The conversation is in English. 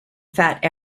fat